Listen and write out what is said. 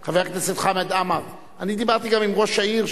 אני דיברתי גם עם ראש העיר,